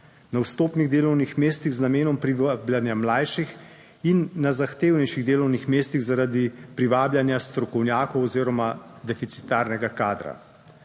na vstopnih delovnih mestih z namenom privabljanja mlajših, in na zahtevnejših delovnih mestih zaradi privabljanja strokovnjakov oziroma deficitarnega kadra.